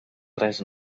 res